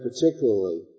particularly